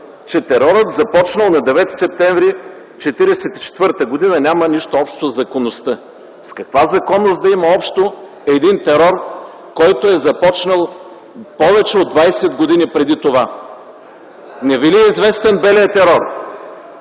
че терорът започнал на 9 септември 1944 г. няма нищо общо със законността. С каква законност да има общо един терор, който е започнал преди повече от 20 години? Не ви ли е известен „белият терор”?